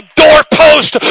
doorpost